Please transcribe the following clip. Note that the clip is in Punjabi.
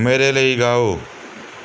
ਮੇਰੇ ਲਈ ਗਾਓ